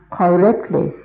correctly